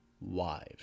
wives